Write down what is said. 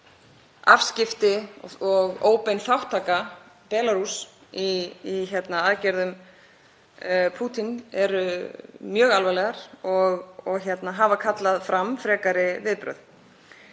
afskipti og óbein þátttaka Belarús í aðgerðum Pútíns er mjög alvarleg og hefur kallað fram frekari viðbrögð.